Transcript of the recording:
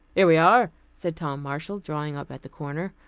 here we are, said tom marshall, drawing up at the corner.